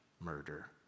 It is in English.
murder